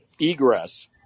egress